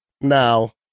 Now